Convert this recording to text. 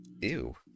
Ew